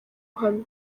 uhamye